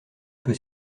peut